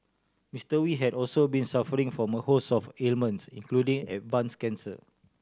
Mister Wee had also been suffering from a host of ailments including advanced cancer